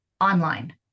online